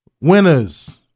Winners